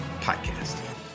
podcast